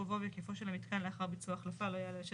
גובהו והיקפו של המיתקן לאחר ביצוע ההחלפה לא יעלה על שטח,